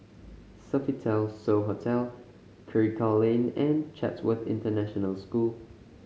Sofitel So Hotel Karikal Lane and Chatsworth International School